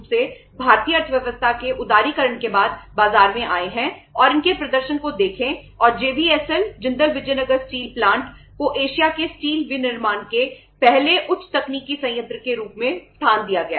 cell को Asia के steel विनिर्माण के पहले उच्च तकनीकी संयंत्र के रूप में स्थान दिया गया है